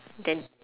then